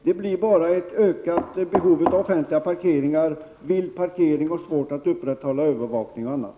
Det blir bara ett ökat behov av offentliga parkeringar, vild parkering och svårt att upprätthålla övervakning och annat.